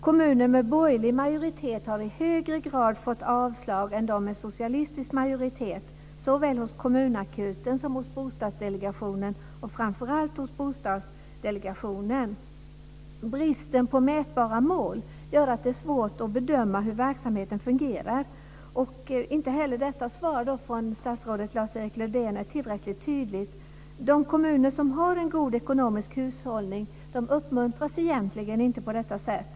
Kommuner med borgerlig majoritet har i högre grad fått avslag än de med socialistisk majoritet hos såväl Kommunakuten som Bostadsdelegationen, och framför allt hos Bostadsdelegationen. Bristen på mätbara mål gör att det är svårt att bedöma hur verksamheten fungerar. Inte heller detta svar från statsrådet Lars-Erik Lövdén är tillräckligt tydligt. De kommuner som har en god ekonomisk hushållning uppmuntras egentligen inte på detta sätt.